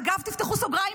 אגב, תפתחו סוגריים: